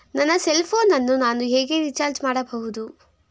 ನನ್ನ cell phone ಅನ್ನು ನಾನು ಹೇಗೆ ರಿಚಾರ್ಜ್ ಮಾಡಬಹುದು?